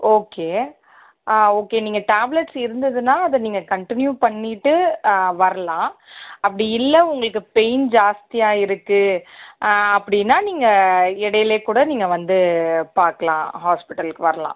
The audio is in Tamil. ஓகே ஆ ஓகே நீங்கள் டேப்லெட்ஸ் இருந்துதுனால் அதை நீங்கள் கன்ட்டினியூ பண்ணிட்டு வரலாம் அப்படி இல்லை உங்களுக்கு பெய்ன் ஜாஸ்த்தியாக இருக்குது அப்படினா நீங்கள் இடையிலே கூட நீங்கள் வந்து பார்க்கலாம் ஹாஸ்ப்பிட்டலுக்கு வரலாம்